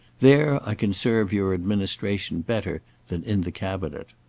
there i can serve your administration better than in the cabinet.